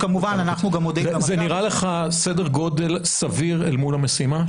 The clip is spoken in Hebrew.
זה נראה לך סדר גודל סביר אל מול המשימה,